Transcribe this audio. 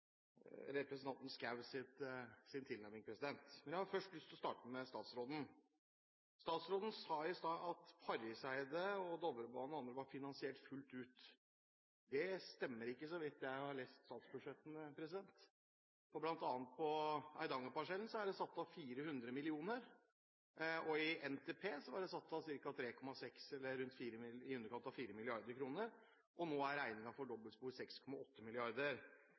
representanten Schous tilnærming, men jeg har først lyst til å starte med statsråden. Statsråden sa i sted at Farriseidet, Dovrebanen og andre strekninger var finansiert fullt ut. Det stemmer ikke, så vidt jeg har lest av statsbudsjettet. For bl.a. på Eidangerparsellen er det satt av 400 mill. kr, og i NTP var det satt av ca. 3,6 eller i underkant av 4 mrd. kr. Nå er regningen for dobbeltspor 6,8